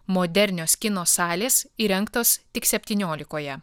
modernios kino salės įrengtos tik septyniolikoje